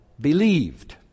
believed